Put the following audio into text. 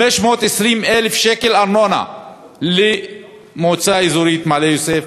520,000 שקל ארנונה למועצה האזורית מעלה-יוסף,